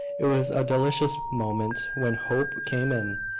it was a delicious moment when hope came in,